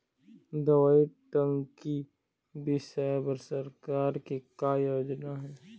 दवई टंकी बिसाए बर सरकार के का योजना हे?